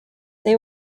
they